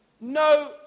No